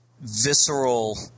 visceral